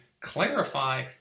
clarify